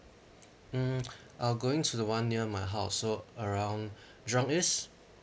mm uh going to the one near my house so around jurong east